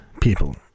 people